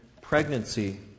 pregnancy